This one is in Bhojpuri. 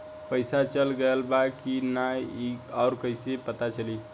पइसा चल गेलऽ बा कि न और कइसे पता चलि?